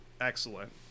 excellent